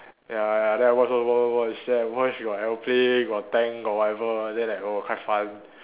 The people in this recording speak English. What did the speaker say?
ya ya then I watch watch watch watch watch then I watch got aeroplane got tank got whatever then like oh quite fun